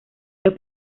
los